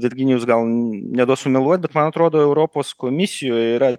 virginijus gal neduos sumeluot bet man atrodo europos komisijoj yra